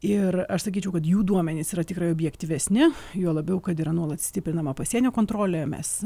ir aš sakyčiau kad jų duomenys yra tikrai objektyvesni juo labiau kad yra nuolat stiprinama pasienio kontrolė mes